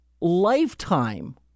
lifetime